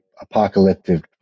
apocalyptic